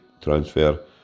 transfer